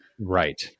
right